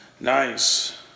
Nice